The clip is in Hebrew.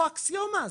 איפה האקסיומה הזאת?